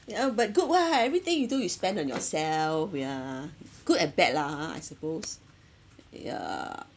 yeah but good [what] everything you do you spend on yourself ya good and bad lah ha I suppose yeah